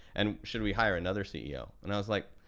and should we hire another ceo? and i was like,